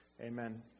amen